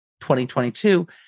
2022